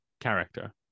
character